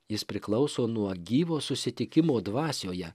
jis priklauso nuo gyvo susitikimo dvasioje